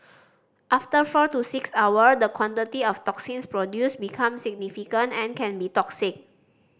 after four to six hour the quantity of toxins produced becomes significant and can be toxic